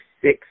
six